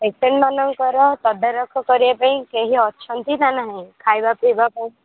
ପେସେଣ୍ଟ୍ମାନଙ୍କର ତଦାରଖ କରିବା ପାଇଁ କେହି ଅଛନ୍ତି ନା ନାହିଁ ଖାଇବା ପିଇବା ପାଇଁ